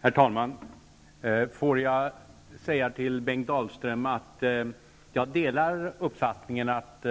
Herr talman! Låt mig säga till Bengt Dalström att jag delar uppfattningen att